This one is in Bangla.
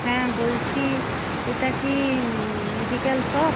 হ্যাঁ বলছি এটা কি মেডিকেল শপ